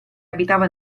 abitava